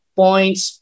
points